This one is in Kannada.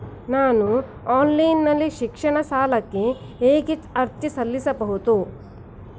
ನಾನು ಆನ್ಲೈನ್ ನಲ್ಲಿ ಶೈಕ್ಷಣಿಕ ಸಾಲಕ್ಕೆ ಹೇಗೆ ಅರ್ಜಿ ಸಲ್ಲಿಸಬಹುದು?